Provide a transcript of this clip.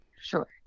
Sure